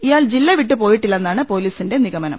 ഇയാൾ ജില്ല വിട്ട് പോയിട്ടില്ലെന്നാണ് പൊലീസിന്റെ നിഗമ നം